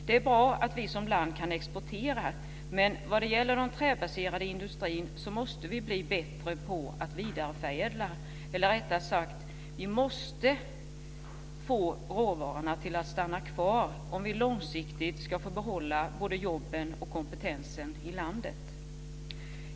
Det är bra att vårt land kan exportera, men vår träförädlande industri måste bli bättre på att få råvarorna att stanna kvar, om vi långsiktigt ska kunna behålla jobben och kompetensen i landet.